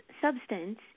substance